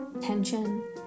tension